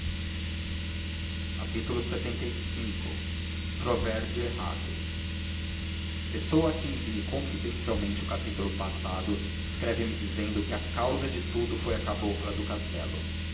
a mesma lxxv provérbio errado pessoa a quem li confidencialmente o capítulo passado escreve-me dizendo que a causa de tudo foi a cabocla do